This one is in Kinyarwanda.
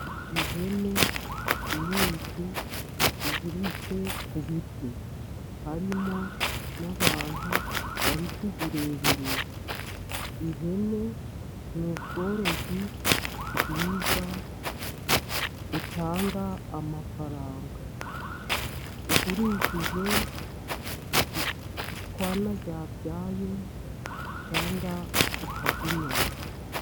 Ihene nyinshi ziziritse ku biti harimo n'abantu bari kuzireberera, ihene ni ubworozi bwiza butanga amafaranga ugurishije utwana zabyaye cyangwa ukarya inyama.